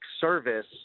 service